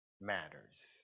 matters